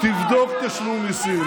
תבדוק תשלום מיסים.